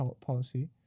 policy